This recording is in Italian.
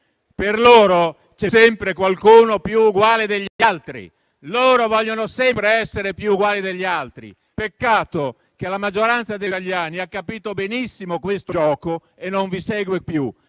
per loro c'è sempre qualcuno più uguale degli altri; vogliono sempre essere più uguali degli altri. Peccato che la maggioranza degli italiani ha capito benissimo questo gioco e non vi segue più.